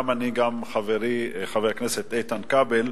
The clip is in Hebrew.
גם אני וגם חברי חבר הכנסת איתן כבל,